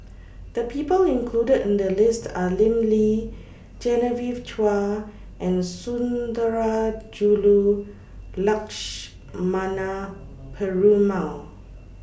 The People included in The list Are Lim Lee Genevieve Chua and Sundarajulu Lakshmana Perumal